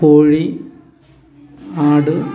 കോഴി ആട്